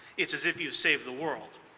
it's as if you saved the world.